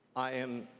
i am,